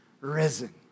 risen